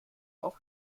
auf